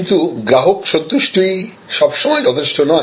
কিন্তু আবার গ্রাহক সন্তুষ্টি ই সব সময় যথেষ্ট নয়